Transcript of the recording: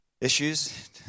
issues